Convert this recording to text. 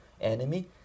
enemy